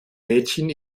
mädchen